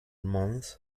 months